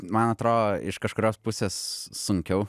man atro iš kažkurios pusės sunkiau